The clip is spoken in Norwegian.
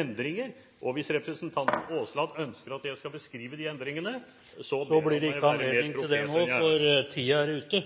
endringer. Hvis representanten Terje Aasland ønsker at jeg skal beskrive de endringene, må jeg være mer profet enn det jeg er. Det blir det ikke anledning til nå, fordi tiden er ute.